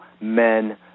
men